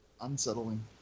unsettling